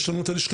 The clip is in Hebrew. יש לנו את הלשכה